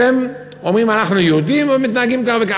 שהם אומרים, אנחנו יהודים, ומתנהגים כך וכך.